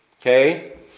Okay